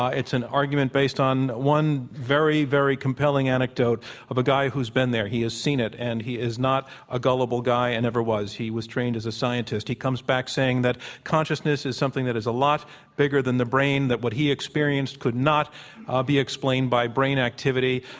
it's an argument based on one very, very compelling anecdote of a guy who's been there. he has seen it, and he is not a gullible guy and never was. he was trained as a scientist. he comes back saying that consciousness is something that is a lot bigger than the brain, that what he experienced could not ah be explained by brain activity,